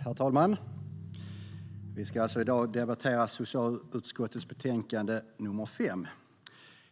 Herr talman! Vi ska i dag debattera socialutskottets betänkande 5.